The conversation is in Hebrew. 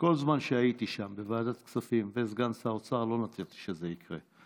כל זמן שהייתי שם בוועדת כספים וסגן שר אוצר לא נתתי שזה יקרה.